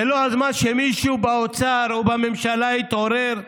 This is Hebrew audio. זה לא הזמן שמישהו באוצר או בממשלה יתעורר?